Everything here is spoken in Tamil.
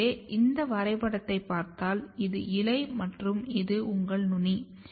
எனவே இந்த வரைபடத்தை பார்த்தால் இது இலை மற்றும் இது உங்கள் நுனி